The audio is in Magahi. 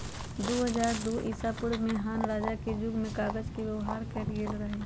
दू हज़ार दू ईसापूर्व में हान रजा के जुग में कागज के व्यवहार कएल गेल रहइ